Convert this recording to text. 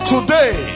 Today